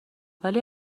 ولی